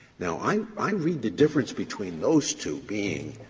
now, i i read the difference between those two being,